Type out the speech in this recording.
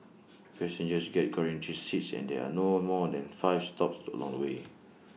passengers get guaranteed seats and there are no more than five stops the along way